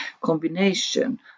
combination